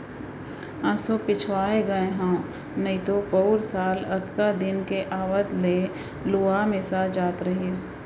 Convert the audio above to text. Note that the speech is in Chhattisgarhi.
एसो पिछवा गए हँव नइतो पउर साल अतका दिन के आवत ले लुवा मिसा जात रहिस